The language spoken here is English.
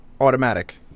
Automatic